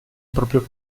proprio